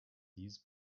these